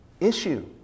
issue